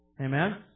Amen